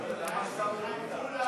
למה השר לא נמצא?